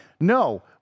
no